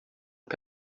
mit